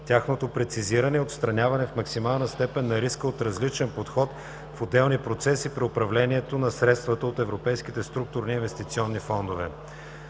тяхното прецизиране и отстраняването в максимална степен на риска от различен подход в отделни процеси при управлението на средствата от европейските структурни и инвестиционни фондове